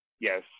yes